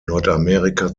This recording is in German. nordamerika